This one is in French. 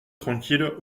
tranquille